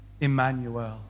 Emmanuel